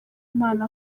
mpano